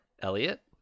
Elliot